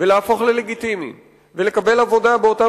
ולהפוך ללגיטימיים ולקבל עבודה באותם